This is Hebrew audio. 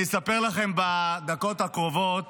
אני אספר לכם בדקות הקרובות